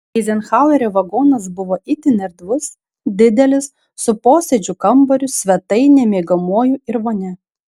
eizenhauerio vagonas buvo itin erdvus didelis su posėdžių kambariu svetaine miegamuoju ir vonia